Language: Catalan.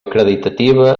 acreditativa